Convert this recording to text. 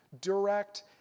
direct